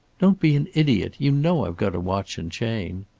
don't be an idiot. you know i've got a watch and chain.